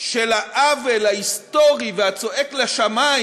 של העוול ההיסטורי והצועק לשמים